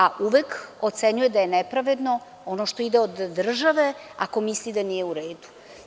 A uvek ocenjuje da je nepravedno ono što ide od države, ako misli da nije u redu.